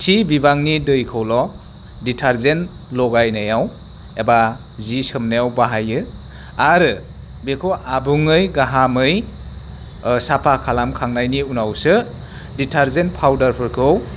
थि बिबांनि दैखौल' दिटारजेन्ट लगायनायाव एबा सि सोमनायाव बाहायो आरो बेखौ आबुङै गाहामै साफा खालामखांनायनि उनावसो दिटारजेन्ट पावदारफोरखौ